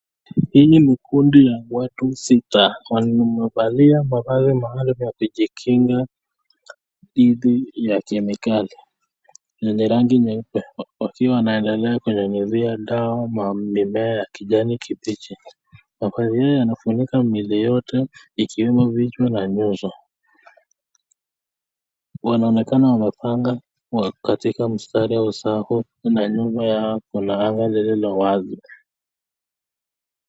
Hii ni kundi la watu sita. Wamevalia mavazi maalum ya kujikinga dhidi ya kemikali lenye rangi nyeupe wakiwa wanaendelea kunyunyizia dawa mimea kijani kibichi. Mavazi hayo yanafunika mwili yote ikiwemo vichwa na nyuso. Wanaonekana wamepanga katika mstari wa safu na nyuma yao kuna anga lilio wazi.